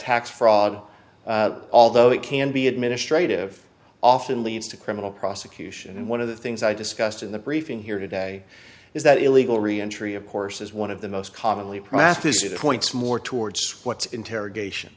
tax fraud although it can be administrative often leads to criminal prosecution and one of the things i discussed in the briefing here today is that illegal reentry of course is one of the most commonly practiced of the points more towards what's interrogation